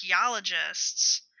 archaeologists